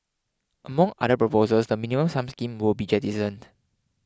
among other proposals the Minimum Sum scheme will be jettisoned